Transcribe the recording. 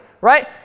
right